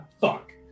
Fuck